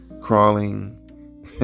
crawling